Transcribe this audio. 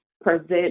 present